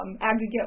aggregate